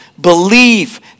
believe